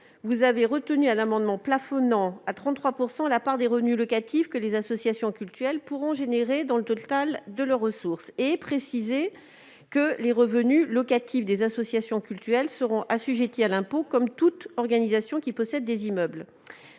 un amendement tendant à plafonner à 33 % la part des revenus locatifs que les associations cultuelles pourront générer dans le total de leurs ressources. Il a par ailleurs été précisé que les revenus locatifs des associations cultuelles seront assujettis à l'impôt, comme toute organisation qui possède des immeubles.